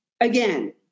again